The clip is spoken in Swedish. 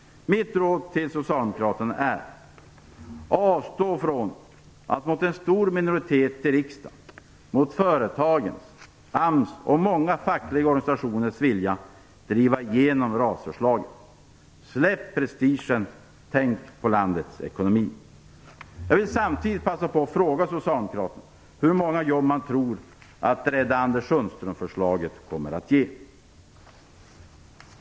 Mitt råd till socialdemokraterna är: Avstå från att mot en stor minoritet i riksdagen, mot företagens, AMS och många fackliga organisationers vilja driva igenom RAS-förslaget! Släpp prestigen och tänk på landets ekonomi! Jag vill samtidigt passa på att fråga socialdemokraterna hur många jobb man tror att Rädda Anders Sundström-förslaget kommer att ge.